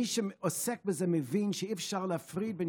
מי שעוסק בזה מבין שאי-אפשר להפריד בין